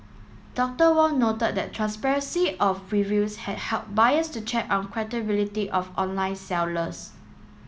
Doctor Wong noted that transparency of reviews had helped buyers to check on credibility of online sellers